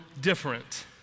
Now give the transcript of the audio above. different